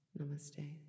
Namaste